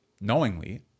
knowingly